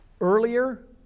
Earlier